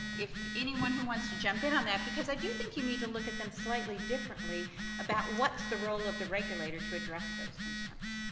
if anyone who wants to jump in on that, because i do think you need to look at them slightly differently about what's the role of the regulator to address those concerns.